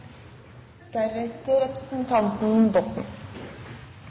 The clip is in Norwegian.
der vi har